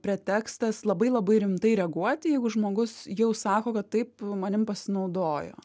pretekstas labai labai rimtai reaguoti jeigu žmogus jau sako kad taip manim pasinaudojo